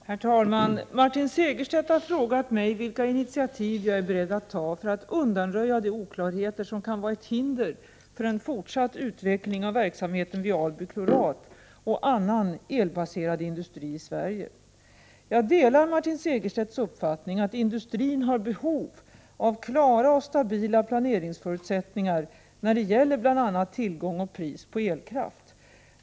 Herr talman! Martin Segerstedt har frågat mig vilka initiativ jag är beredd att ta för att undanröja de oklarheter som kan vara ett hinder för en fortsatt utveckling av verksamheten vid Alby klorat och annan elbaserad industri i Sverige. Jag delar Martin Segerstedts uppfattning att industrin har behov av klara och stabila planeringsförutsättningar när det gäller bl.a. tillgång och pris på elkraft.